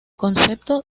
concepto